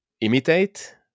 imitate